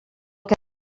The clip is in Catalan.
que